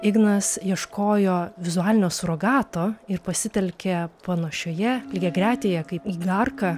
ignas ieškojo vizualinio surogato ir pasitelkė panašioje lygiagretėje kaip į igarką